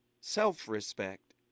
self-respect